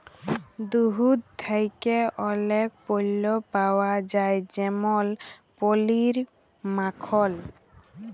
দুহুদ থ্যাকে অলেক পল্য পাউয়া যায় যেমল পলির, মাখল